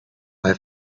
bei